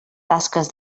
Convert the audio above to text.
tasques